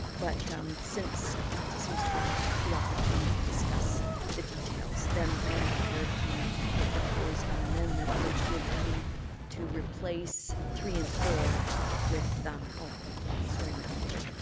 but since council seems to want the opportunity to discuss the details, then i'm prepared to propose an amendment which would be to replace three and four with um um sorry, madam clerk.